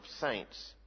saints